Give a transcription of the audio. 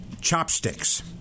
chopsticks